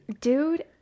Dude